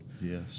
Yes